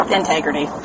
integrity